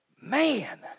man